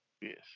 Yes